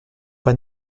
pas